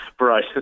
right